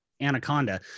anaconda